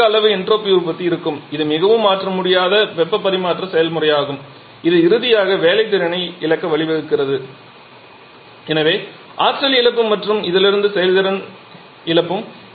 குறிப்பிடத்தக்க அளவு என்ட்ரோபி உற்பத்தி இருக்கும் இது மிகவும் மாற்ற முடியாத வெப்ப பரிமாற்ற செயல்முறையாகும் இது இறுதியாக வேலை திறனை இழக்க வழிவகுக்கிறது ஆற்றல் இழப்பு மற்றும் இதிலிருந்து செயல்திறன் இழப்பு